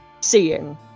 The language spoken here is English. seeing